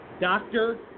doctor